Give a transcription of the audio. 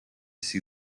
see